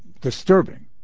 disturbing